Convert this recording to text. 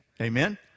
Amen